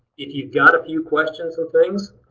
if you've got a few questions and things,